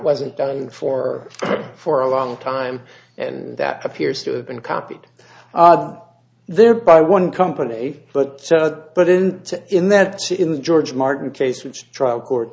wasn't done for for a long time and that appears to have been copied there by one company but but isn't it in that in the george martin case which trial court